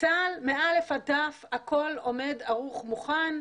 צה"ל מא' עד ת' הכול עומד ערוך ומוכן,